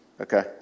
Okay